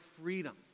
freedom